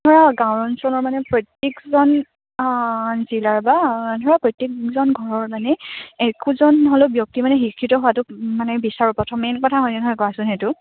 ধৰা গাঁও অঞ্চলৰ মানে প্ৰত্যেকজন জিলাৰ বা ধৰা প্ৰত্যেকজন ঘৰৰ মানে একোজন হ'লেও ব্যক্তি মানে শিক্ষিত হোৱাটো মানে বিচাৰোঁ প্ৰথম মেইন কথা হয়নে নহয় কোৱাচোন সেইটো